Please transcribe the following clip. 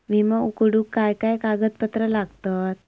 विमो उघडूक काय काय कागदपत्र लागतत?